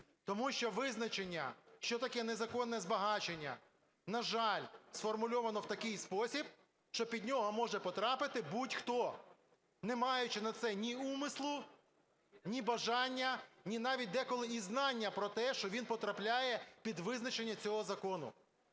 тому що визначення, що таке незаконне збагачення, на жаль, сформульовано в такий спосіб, що під нього може потрапити будь-хто, не маючи на це ні умислу, ні бажання, ні навіть деколи і знання про те, що він потрапляє під визначення цього закону.